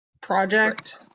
project